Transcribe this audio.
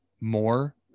More